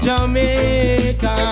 Jamaica